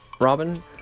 Robin